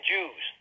Jews